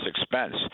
expense